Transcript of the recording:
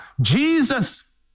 Jesus